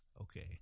Okay